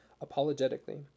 apologetically